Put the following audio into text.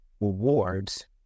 rewards